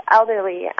elderly